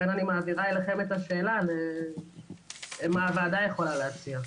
לכן אני מעבירה אליכם את השאלה מה הוועדה יכולה להציע.